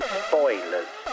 spoilers